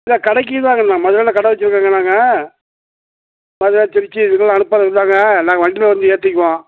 இல்லை கடைக்கு தாங்க நான் மதுரையில் கடை வைச்சுருக்கேங்க நாங்கள் ஆ மதுரை திருச்சி இதுக்கெல்லாம் அனுப்புறதுக்கு தாங்க நாங்கள் வண்டியில் வந்து ஏற்றிக்குவோம்